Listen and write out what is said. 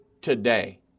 today